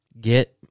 get